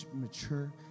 mature